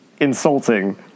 insulting